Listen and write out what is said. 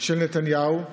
של נתניהו,